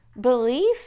belief